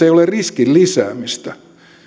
ei ole riskin lisäämistä